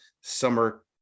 summer